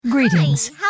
Greetings